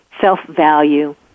self-value